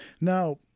Now